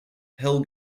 hell